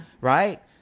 Right